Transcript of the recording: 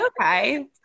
okay